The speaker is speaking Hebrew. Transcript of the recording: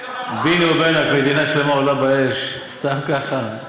מדינה שלמה עולה באש סתם ככה?